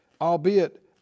albeit